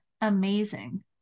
amazing